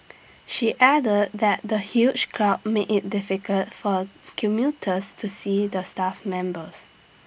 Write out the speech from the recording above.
she added that the huge crowd made IT difficult for commuters to see the staff members